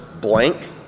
blank